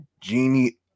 genie